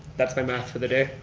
that's my math for the day,